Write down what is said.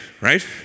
right